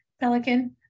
pelican